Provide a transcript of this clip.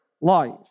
life